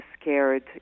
scared